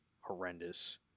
horrendous